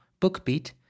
BookBeat